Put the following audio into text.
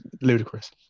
ludicrous